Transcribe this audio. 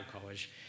college